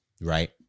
right